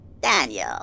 Daniel